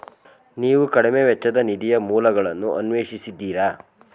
ನೀವು ಕಡಿಮೆ ವೆಚ್ಚದ ನಿಧಿಯ ಮೂಲಗಳನ್ನು ಅನ್ವೇಷಿಸಿದ್ದೀರಾ?